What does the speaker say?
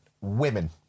women